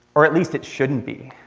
or at least it shouldn't be.